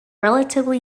relatively